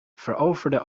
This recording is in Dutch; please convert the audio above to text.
veroverde